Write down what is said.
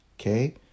okay